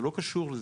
זה לא קשור לזה.